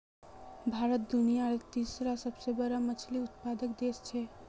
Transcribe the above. भारत दुनियार तीसरा सबसे बड़ा मछली उत्पादक देश छे